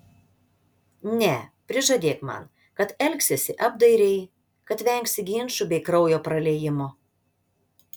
ne prižadėk man kad elgsiesi apdairiai kad vengsi ginčų bei kraujo praliejimo